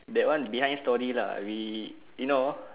that one behind story lah we you know